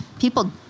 people